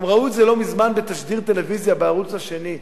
גם ראו את זה לא מזמן בתשדיר טלוויזיה בערוץ השני,